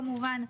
כמובן,